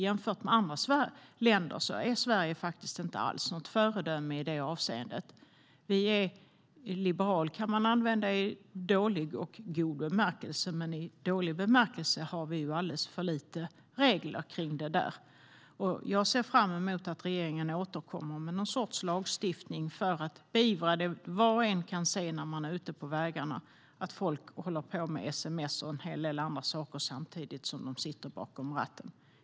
Jämfört med andra länder är Sverige faktiskt inte något föredöme i det avseendet. Sverige är liberalt i dålig och god bemärkelse, men i dålig bemärkelse finns alldeles för få regler. Jag ser fram emot att regeringen återkommer med någon sorts lagstiftning för att komma åt problemet. Var och en kan se när de är ute på vägarna att folk sms:ar och gör en hel del andra saker samtidigt som de sitter bakom ratten.